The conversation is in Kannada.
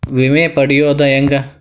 ವಿಮೆ ಪಡಿಯೋದ ಹೆಂಗ್?